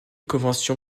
convention